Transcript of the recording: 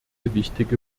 wichtige